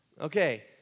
Okay